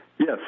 Yes